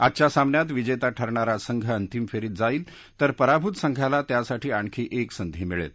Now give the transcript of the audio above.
आजच्या सामन्यात विजेता ठरणारा संघ अंतिम फेरीत जाईल तर पराभूत संघाला त्यासाठी आणखी एक संधी मिळेल